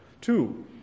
Two